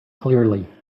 clearly